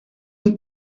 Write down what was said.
een